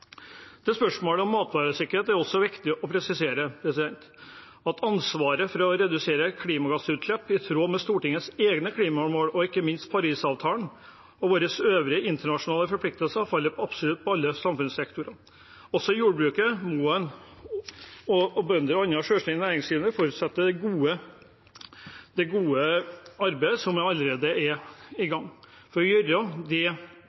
Til spørsmålet om matvaresikkerhet er det viktig å presisere at ansvaret for å redusere klimagassutslipp i tråd med Stortingets egne klimamål og ikke minst Parisavtalen og våre øvrige internasjonale forpliktelser, faller på absolutt alle samfunnssektorer. Også i jordbruket må bønder og andre selvstendige næringsdrivende forutsette det gode arbeidet som allerede er i